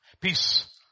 Peace